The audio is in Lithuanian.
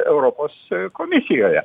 europos komisijoje